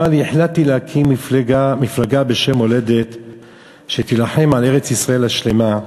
הוא אמר לי: החלטתי להקים מפלגה בשם מולדת שתילחם על ארץ-ישראל השלמה,